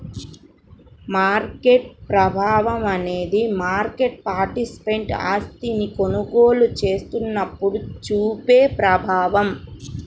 market ప్రభావం అనేది market participant ఆస్తిని కొనుగోలు చేసినప్పుడు చూపే ప్రభావం